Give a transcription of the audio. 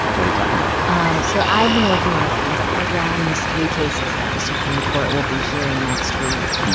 what are you talking about? um so i've been working on a piece around these three cases that the supreme court will be hearing next week.